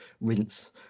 rinse